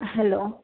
hello